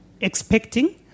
expecting